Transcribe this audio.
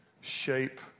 shape